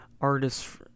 artists